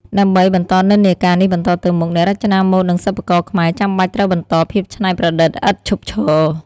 ដើម្បីបន្តនិន្នាការនេះបន្តទៅមុខ អ្នករចនាម៉ូដ និងសិប្បករខ្មែរចាំបាច់ត្រូវបន្ត ភាពច្នៃប្រឌិតឥតឈប់ឈរ ។